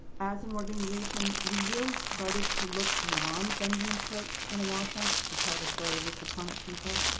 as an organization, we really started to look beyond benjamin church and awashonks, to tell the story of the sakonnet people.